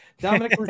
Dominic